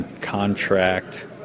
contract